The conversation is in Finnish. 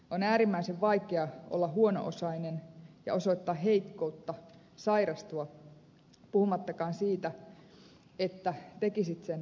on äärimmäisen vaikeaa olla huono osainen ja osoittaa heikkoutta sairastua puhumattakaan siitä että tekisit sen julkisesti